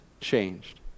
changed